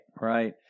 right